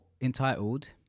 entitled